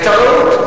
את "הרעות".